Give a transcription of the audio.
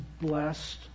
blessed